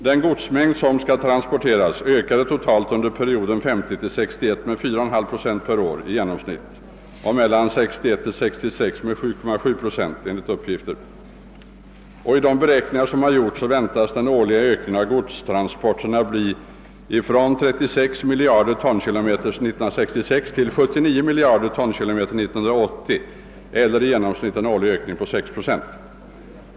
Den godsmängd som skall transporteras ökade enligt uppgifter som jag fått totalt under perioden 1950—1961 med i genomshitt 4,5 procent per år och under perioden 1961—1966 med 7,7 procent. I de beräkningar som gjorts väntas godstransporterna årligen öka från 36 miljarder tonkilometer 1966 till 79 miljarder tonkilometer 1980, vilket innebär en årlig ökning med i genomsnitt 6 procent.